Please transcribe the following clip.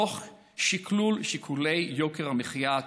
תוך שקלול שיקולי יוקר מחיה,